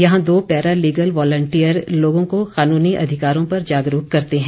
यहां दो paralegal volunteer लोगों को कानूनी अधिकारों पर जागरूक करते हैं